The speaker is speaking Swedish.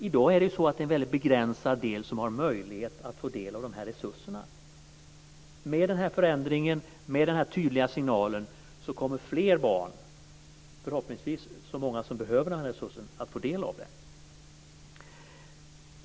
I dag är det så att det är en väldigt begränsad del som har möjlighet att få del av de här resurserna. Med den här förändringen och den här tydliga signalen kommer fler barn, förhoppningsvis så många som behöver det, att få del av dem.